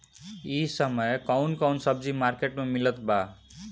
इह समय कउन कउन सब्जी मर्केट में मिलत बा?